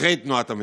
ואחרי תנועת המזרחי.